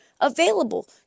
available